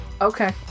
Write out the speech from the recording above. Okay